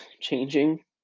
changing